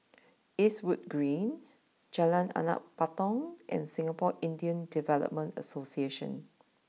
Eastwood Green Jalan Anak Patong and Singapore Indian Development Association